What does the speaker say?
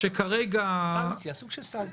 סוג של סנקציה.